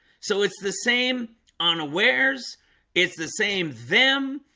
so it's the same unawares it's the same them.